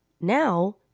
Now